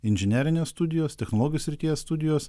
inžinerinės studijos technologijų srities studijos